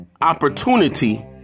Opportunity